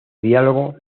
diálogo